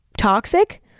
toxic